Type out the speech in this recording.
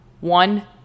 One